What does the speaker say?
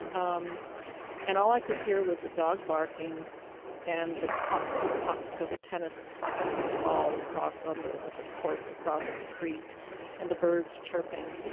um and all i could hear was a dog barking and the pock-pock of a tennis ball across on the at the courts across the street and the birds chirping.